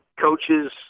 coaches